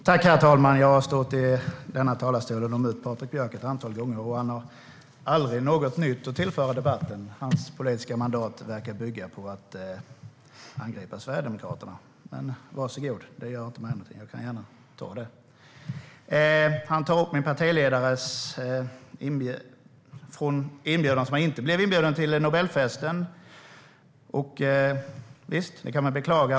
Herr talman! Jag har mött Patrik Björck här i talarstolen ett antal gånger. Han har aldrig något nytt att tillföra debatten, utan hans politiska mandat verkar bygga på att angripa Sverigedemokraterna. Varsågod, det gör inte mig någonting. Jag kan gärna ta det. Patrik Björck tar upp att min partiledare inte har blivit inbjuden till Nobelfesten. Visst, det kan man beklaga.